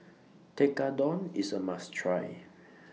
Tekkadon IS A must Try